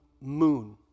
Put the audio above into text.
moon